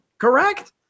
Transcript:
Correct